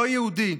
לא יהודי.